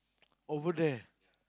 over that